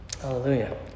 Hallelujah